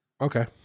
Okay